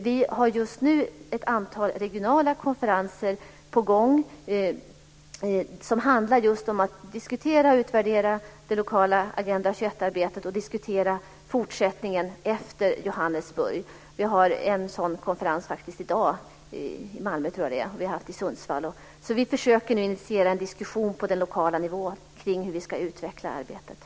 Vi har just nu ett antal regionala konferenser på gång som handlar om att diskutera och utvärdera det lokala Agenda 21-arbetet och diskutera fortsättningen efter Johannesburg. Vi har en sådan konferens i dag i Malmö, tror jag, och vi har haft en i Sundsvall. Vi försöker alltså nu initiera en diskussion på den lokala nivån kring hur vi ska utveckla arbetet.